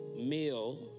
meal